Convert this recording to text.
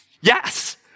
Yes